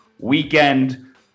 weekend